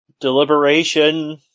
deliberation